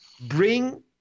bring